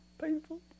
Painful